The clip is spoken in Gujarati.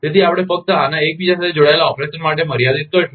તેથી આપણે ફક્ત આના એકબીજા સાથે જોડાયેલા ઓપરેશન માટે મર્યાદિત કરીશું